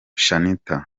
shanitah